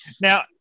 Now